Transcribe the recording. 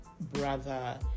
brother